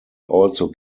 also